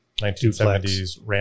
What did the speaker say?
1970s